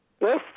Yes